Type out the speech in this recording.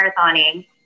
marathoning